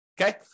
Okay